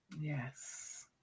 yes